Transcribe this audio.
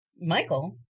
Michael